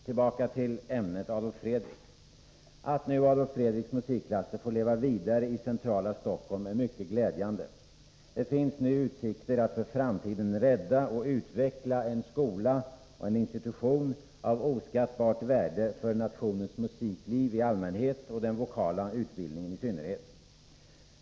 Tillbaka till ämnet Adolf Fredrik. Det är mycket glädjande att Adolf Fredriks musikklasser får leva vidare i centrala Stockholm. Det finns nu utsikter att för framtiden rädda och utveckla en skola och en institution av oskattbart värde för nationens musikliv i allmänhet och den vokala utbildningen i synnerhet.